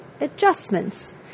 adjustments